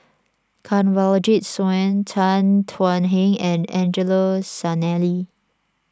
Kanwaljit Soin Tan Thuan Heng and Angelo Sanelli